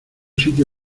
sitio